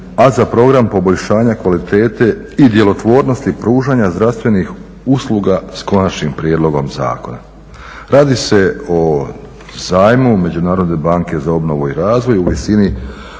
za Program poboljšanja kvalitete i djelotvornosti pružanja zdravstvenih usluga, s konačnim prijedlogom zakona. Radi se o zajmu Međunarodne banke za obnovu i razvoj u visini